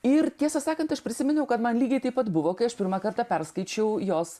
ir tiesą sakant aš prisiminiau kad man lygiai taip pat buvo kai aš pirmą kartą perskaičiau jos